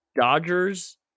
Dodgers